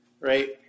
Right